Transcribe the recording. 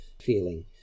feeling